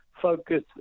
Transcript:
Focus